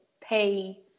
pay